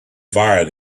fire